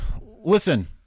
Listen